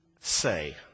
say